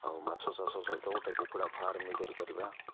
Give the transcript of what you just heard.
ଆଉ ମାଛ ଚାଷ ସହିତ ଗୋଟେ କୁକୁଡ଼ା ଫାର୍ମ ବି କରିପାରିବା